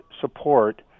support